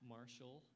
Marshall